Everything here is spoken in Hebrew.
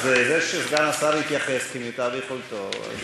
אז זה שסגן השר התייחס כמיטב יכולתו, זה,